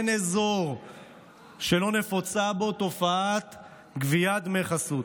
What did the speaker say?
אין אזור שלא נפוצה בו תופעת גביית דמי חסות.